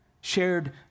shared